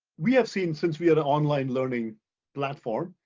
we have seeing, since we are an online learning platform,